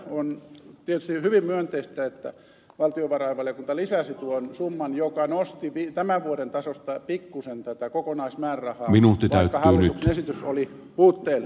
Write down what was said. on tietysti hyvin myönteistä että valtiovarainvaliokunta lisäsi tuon summan joka nosti tämän vuoden tasosta pikkuisen tätä kokonaismäärärahaa vaikka hallituksen esitys oli puutteellinen tältä osin